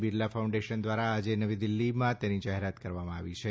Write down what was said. Birla foundation દ્વારા આજે નવી દિલ્હીમાં તેની જાહેરાત કરવામાં આવી છે